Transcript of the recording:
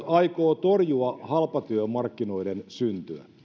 aikoo torjua halpatyömarkkinoiden syntyä